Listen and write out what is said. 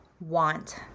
want